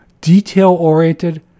detail-oriented